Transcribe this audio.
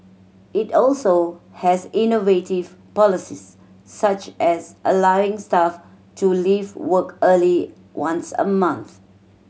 it also has innovative policies such as allowing staff to leave work early once a month